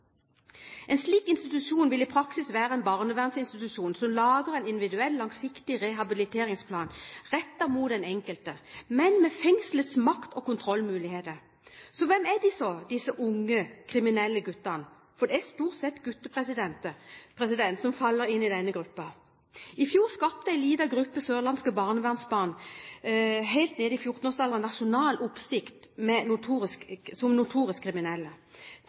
En slik institusjon vil i praksis være en barnevernsinstitusjon som lager en individuell langsiktig rehabiliteringsplan rettet mot den enkelte, men med fengslets makt- og kontrollmuligheter. Så hvem er de så, disse unge, kriminelle guttene – for det er stort sett gutter som faller inn i denne gruppen? I fjor skapte en liten gruppe sørlandske barnevernsbarn helt ned i 14-årsalderen nasjonal oppsikt som notorisk kriminelle.